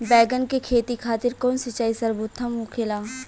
बैगन के खेती खातिर कवन सिचाई सर्वोतम होखेला?